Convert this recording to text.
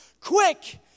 Quick